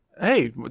Hey